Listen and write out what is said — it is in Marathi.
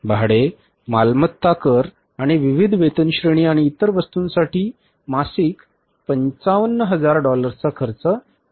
भाडे मालमत्ता कर आणि विविध वेतनश्रेणी आणि इतर वस्तूंसाठी मासिक 55 हजार डॉलर्सचा खर्च निश्चित करा